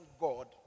God